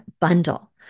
bundle